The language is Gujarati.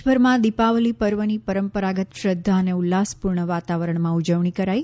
દેશભરમાં દિપાવલી પર્વની પરંપરાગત શ્રદ્ધા અને ઉલ્લાસપૂર્ણ વાતાવરણમાં ઉજવણી કરાઈ